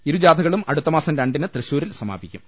ഇരു ജാഥകളും അടുത്തമാസം രണ്ടിന് തൃശൂരിൽ സമാപിക്കും